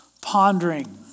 pondering